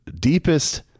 deepest